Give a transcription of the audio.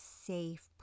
safe